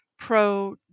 Pro